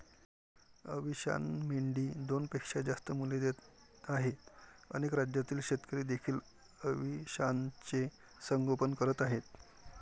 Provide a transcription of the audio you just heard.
अविशान मेंढी दोनपेक्षा जास्त मुले देत आहे अनेक राज्यातील शेतकरी देखील अविशानचे संगोपन करत आहेत